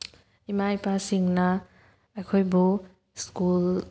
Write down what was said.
ꯏꯃꯥ ꯏꯄꯥꯁꯤꯡꯅ ꯑꯩꯈꯣꯏꯕꯨ ꯁ꯭ꯀꯨꯜ